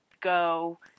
go